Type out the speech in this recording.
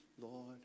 Lord